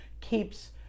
keeps